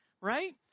right